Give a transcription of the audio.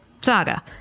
saga